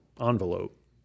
envelope